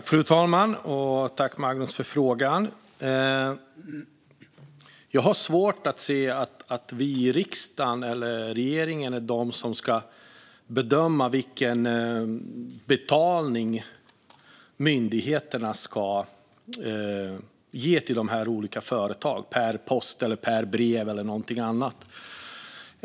Fru talman! Tack, Magnus, för frågan! Jag har svårt att se att vi i riksdagen eller regeringen är de som ska bedöma hur mycket myndigheterna ska betala till olika företag per post, per brev eller något annat.